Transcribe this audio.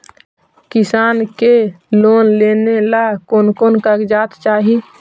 किसान के लोन लेने ला कोन कोन कागजात चाही?